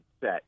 set